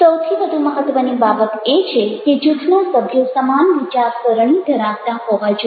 સૌથી વધુ મહત્ત્વની બાબત એ છે કે જૂથના સભ્યો સમાન વિચારસરણી ધરાવતા હોવા જોઇએ